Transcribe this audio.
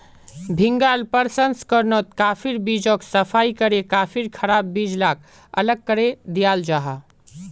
भीन्गाल प्रशंस्कर्नोत काफिर बीजोक सफाई करे काफिर खराब बीज लाक अलग करे दियाल जाहा